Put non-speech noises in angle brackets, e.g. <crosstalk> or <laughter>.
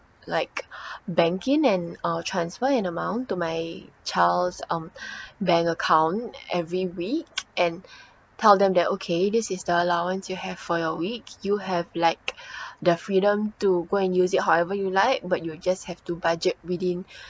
like <breath> bank in and uh transfer an amount to my child's um <breath> bank account every week and tell them that okay this is the allowance you have for your week you have like the freedom to go and use it however you like but you'll just have to budget within